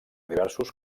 diversos